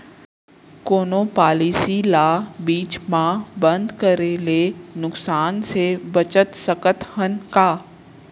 कोनो पॉलिसी ला बीच मा बंद करे ले नुकसान से बचत सकत हन का?